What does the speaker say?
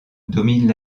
dominent